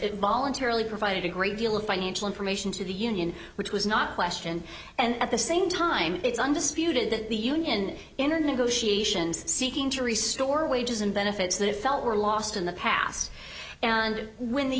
it voluntarily provided a great deal of financial information to the union which was not question and at the same time it's undisputed that the union internet and seeking to resource wages and benefits that it felt were lost in the past and when the